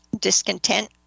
discontent